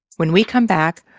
when we come back,